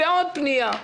בעוד פנייה.